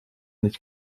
nicht